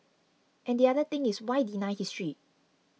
and the other thing is why deny history